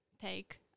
take